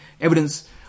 evidence